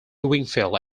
wingfield